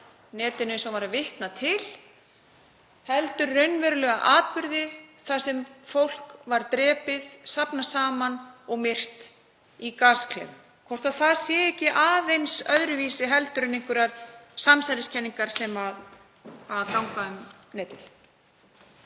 netinu, eins og hann vitnaði til, heldur raunverulega atburði þar sem fólk var drepið, safnað saman og myrt í gasklefum, hvort það sé ekki aðeins öðruvísi en einhverjar samsæriskenningar sem ganga um netið.